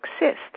exist